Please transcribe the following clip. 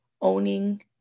owning